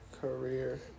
Career